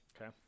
Okay